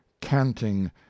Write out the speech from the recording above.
canting